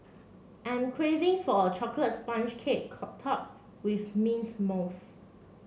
I'm craving for a chocolate sponge cake topped with mint mousse